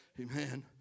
Amen